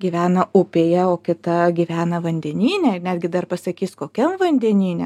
gyvena upėje o kita gyvena vandenyne ir netgi dar pasakys kokiam vandenyne